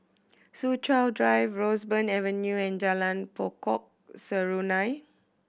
Soo Chow Drive Roseburn Avenue and Jalan Pokok Serunai